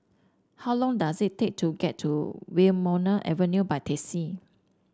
how long does it take to get to Wilmonar Avenue by taxi